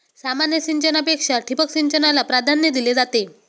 सामान्य सिंचनापेक्षा ठिबक सिंचनाला प्राधान्य दिले जाते